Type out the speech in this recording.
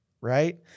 Right